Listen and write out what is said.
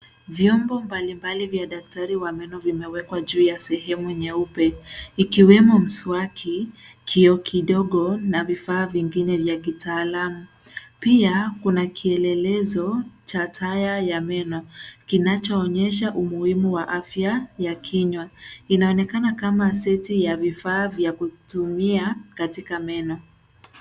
Vyombo mbalimbali vya daktari wa meno vime wekwa juu ya sehemu nyeupe, ikiwemo mswaki, kioo kidogo na vifaa vingine vya kitaalumu pia kuna kielelezo cha taya ya meno kinacho onyesha umuhimu wa afya ya kinyua, inaonekana kama seti ya vifaa vya kutumia katika meno.